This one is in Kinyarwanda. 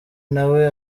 nawe